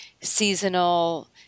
seasonal